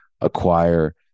acquire